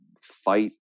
fight